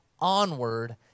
onward